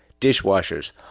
dishwashers